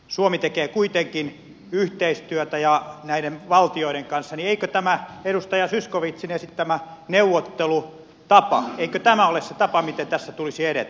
suomi tekee kuitenkin yhteistyötä näiden valtioiden kanssa joten eikö tämä edustaja zyskowiczin esittämä neuvottelutapa ole se tapa millä tässä tulisi edetä